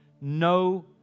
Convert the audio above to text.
No